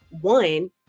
one